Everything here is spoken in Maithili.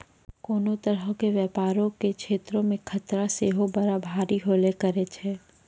कोनो तरहो के व्यपारो के क्षेत्रो मे खतरा सेहो बड़ा भारी होलो करै छै